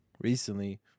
recently